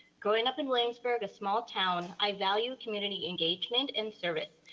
growing up in williamsburg, a small town, i value community engagement and service.